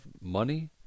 Money